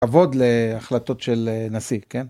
עבוד להחלטות של נשיא כן.